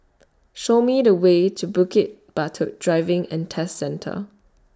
Show Me The Way to Bukit Batok Driving and Test Centre